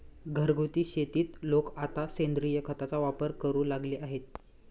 घरगुती शेतीत लोक आता सेंद्रिय खताचा वापर करू लागले आहेत